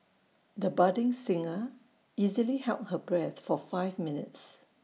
the budding singer easily held her breath for five minutes